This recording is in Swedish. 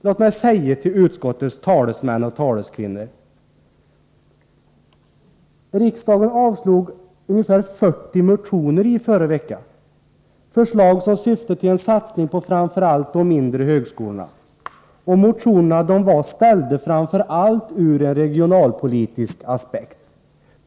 Låt mig säga till utskottets talesmän och taleskvinnor: Riksdagen avslog i förra veckan ungefär 40 motioner med förslag som syftade till en satsning på de mindre högskolorna. Motionerna hade väckts framför allt ur en regionalpolitisk aspekt.